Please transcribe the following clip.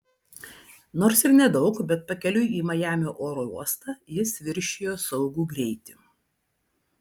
nors ir nedaug bet pakeliui į majamio oro uostą jis viršijo saugų greitį